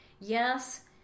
Yes